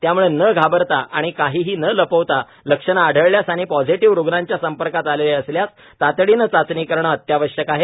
त्याम्ळे न घाबरता आणि काहीही न लपवता लक्षणे आढळल्यास आणि पॉझिटिव्ह रुग्णांच्या संपर्कात आलेले असल्यास तातडीने चाचणी करणे अत्यावश्यक आहे